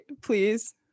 please